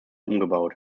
umgebaut